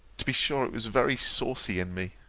to be sure it was very saucy in me.